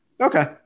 Okay